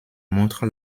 montre